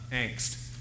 angst